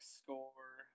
score